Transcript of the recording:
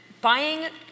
buying